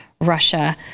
Russia